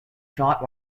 shot